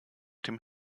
dem